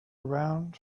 around